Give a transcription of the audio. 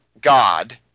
God